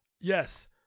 Yes